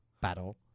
battle